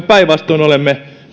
päinvastoin olemme